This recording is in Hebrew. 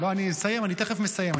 אני תכף מסיים.